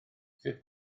sut